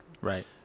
Right